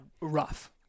Rough